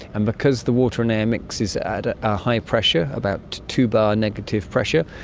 and because the water and air mixes at a high pressure, about two bar negative pressure,